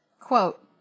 Quote